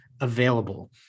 available